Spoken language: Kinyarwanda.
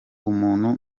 umuntu